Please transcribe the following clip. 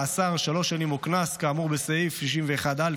מאסר שלוש שנים או קנס כאמור בסעיף 61(א)